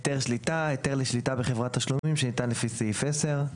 "היתר שליטה" היתר לשליטה בחברת תשלומים שניתן לפי סעיף 10;